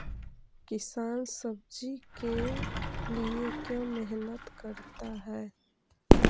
किसान सब्जी के लिए क्यों मेहनत करता है?